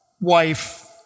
wife